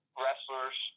wrestlers